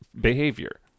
behavior